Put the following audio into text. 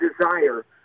desire